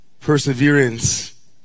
perseverance